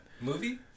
Movie